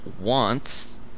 wants